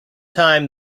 time